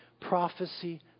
prophecy